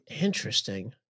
Interesting